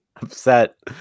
upset